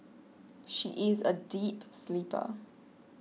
she is a deep sleeper